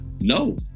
no